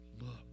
look